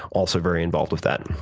also very involved with that.